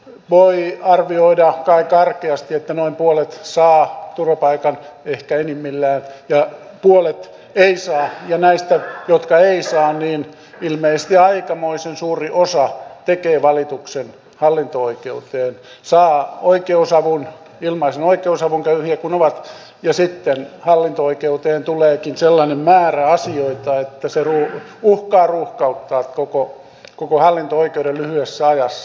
voi arvioida kai karkeasti että ehkä enimmillään noin puolet saa turvapaikan ja puolet ei saa ja näistä jotka eivät saa ilmeisesti aikamoisen suuri osa tekee valituksen hallinto oikeuteen saavat ilmaisen oikeusavun köyhiä kun ovat ja sitten hallinto oikeuteen tuleekin sellainen määrä asioita että se uhkaa ruuhkauttaa koko hallinto oikeuden lyhyessä ajassa